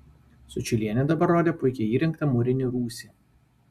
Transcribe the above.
sučylienė dabar rodė puikiai įrengtą mūrinį rūsį